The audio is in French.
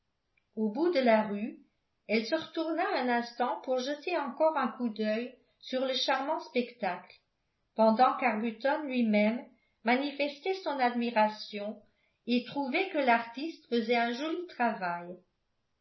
au bout de la rue elle se retourna un instant pour jeter encore un coup d'œil sur le charmant spectacle pendant qu'arbuton lui-même manifestait son admiration et trouvait que l'artiste faisait un joli travail